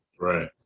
Right